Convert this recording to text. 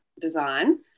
design